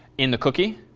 in the cookie?